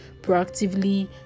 proactively